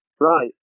Right